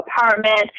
apartment